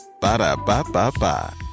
Ba-da-ba-ba-ba